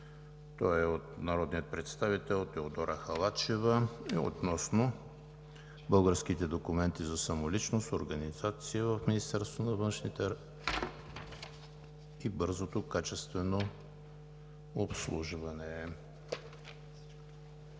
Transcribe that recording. Той е от народния представител Теодора Халачева и е относно българските документи за самоличност, организация в Министерството на вътрешните работи и бързото и качествено обслужване.